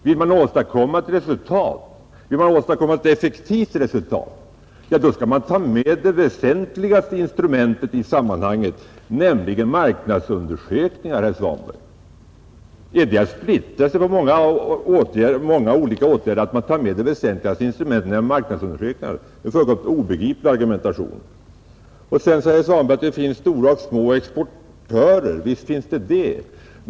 Om man vill åstadkomma ett effektivt resultat, herr Svanberg, då skall man ta med det väsentligaste instrumentet i sammanhanget, nämligen marknadsundersökningar. Är det att splittra sig på många olika åtgärder att ta med det väsentligaste instrumentet, marknadsundersökningarna? Det är en fullkomligt obegriplig argumentation. Herr Svanberg sade också att det finns stora och små exportörer, och visst är det så.